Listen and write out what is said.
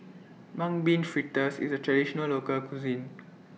Mung Bean Fritters IS A Traditional Local Cuisine